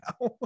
now